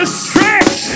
stretch